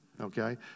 Okay